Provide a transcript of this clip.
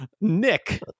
nick